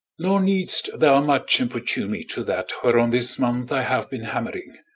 nor need'st thou much importune me to that whereon this month i have been hammering.